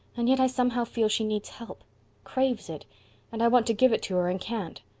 and yet i somehow feel she needs help craves it and i want to give it to her and can't.